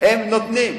הם נותנים.